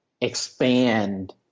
expand